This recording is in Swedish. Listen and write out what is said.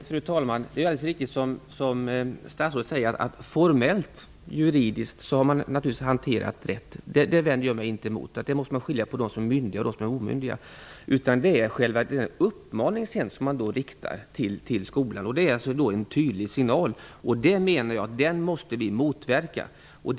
Fru talman! Det är alldeles riktigt, som statsrådet säger, att man formellt juridiskt hanterat saken rätt. Jag vänder mig inte mot att man måste skilja mellan myndiga och omyndiga. Men den uppmaning som man riktar till skolan är en tydlig signal, och jag menar att vi måste motverka den.